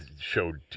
showed